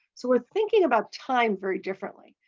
so we're thinking about time very differently.